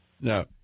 No